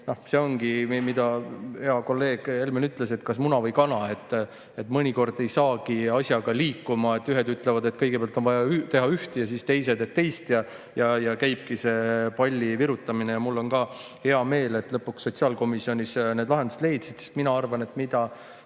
See ongi nii, nagu hea kolleeg Helmen ütles, et kas muna või kana. Mõnikord ei saagi asjaga liikuma, sest ühed ütlevad, et kõigepealt on vaja teha ühte, ja siis teised, et teist, ja nii käibki see palli virutamine. Mul on ka hea meel, et lõpuks sotsiaalkomisjonis need lahendused leiti. Mina arvan, et on